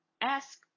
ask